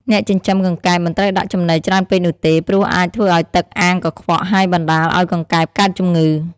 អ្នកចិញ្ចឹមកង្កែបមិនត្រូវដាក់ចំណីច្រើនពេកនោះទេ ព្រោះអាចធ្វើឲ្យទឹកអាងកខ្វក់ ហើយបណ្ដាលឲ្យកង្កែបកើតជំងឺ។